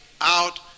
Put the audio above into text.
out